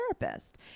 therapist